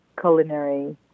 culinary